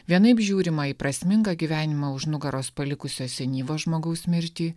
vienaip žiūrima į prasmingą gyvenimą už nugaros palikusio senyvo žmogaus mirtį